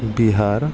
Bihar